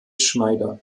schneider